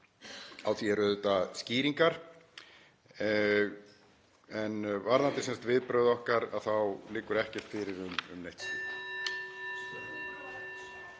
Á því eru auðvitað skýringar. En varðandi viðbrögð okkar þá liggur ekkert fyrir um neitt slíkt.